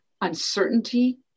uncertainty